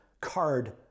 card